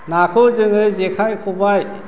नाखौ जोङो जेखाइ खबाइ